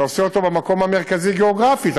אתה עושה אותו במקום המרכזי גיאוגרפית.